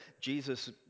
Jesus